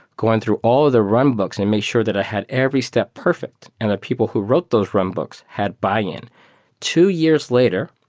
going through all of the run books and made sure that i had every step perfect and that people who wrote those run books had buy-in two years later,